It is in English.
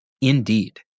Indeed